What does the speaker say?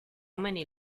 many